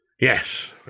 Yes